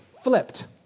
flipped